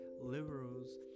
liberals